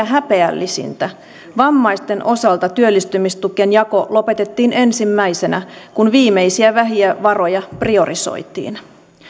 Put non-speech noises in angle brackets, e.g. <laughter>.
<unintelligible> häpeällisintä vammaisten osalta työllistymistukien jako lopetettiin ensimmäisenä kun viimeisiä vähiä varoja priorisoitiin